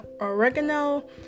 oregano